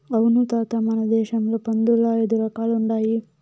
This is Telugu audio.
అవును తాత మన దేశంల పందుల్ల ఐదు రకాలుండాయి